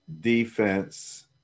defense